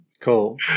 Cool